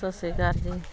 ਸਤਿ ਸ਼੍ਰੀ ਅਕਾਲ ਜੀ